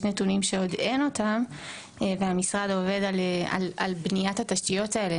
נתונים שעוד אין אותם והמשרד עובד על בניית התשתיות האלה.